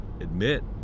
admit